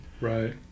Right